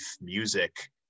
music